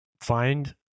find